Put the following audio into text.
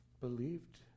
believed